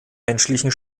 menschlichen